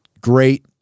great